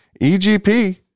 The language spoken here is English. EGP